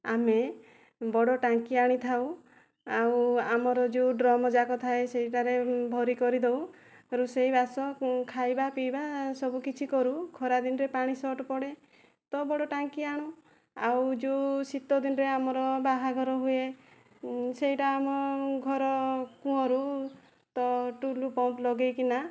ଆମେ ବଡ଼ ଟାଙ୍କି ଆଣିଥାଉ ଆଉ ଆମର ଯେଉଁ ଡ୍ରମ୍ ଯାକ ଥାଏ ସେହିଟାରେ ଭରି କରିଦେଉ ରୋଷେଇବାସ ଖାଇବାପିଇବା ସବୁ କିଛି କରୁ ଖରା ଦିନରେ ପାଣି ସର୍ଟ ପଡ଼େ ତ ବଡ଼ ଟାଙ୍କି ଆଣୁ ଆଉ ଯେଉଁ ଶୀତ ଦିନରେ ଆମର ବାହାଘର ହୁଏ ସେହିଟା ଆମ ଘର କୂଅରୁ ତ ଟୁଲପମ୍ପ ଲଗାଇକିନା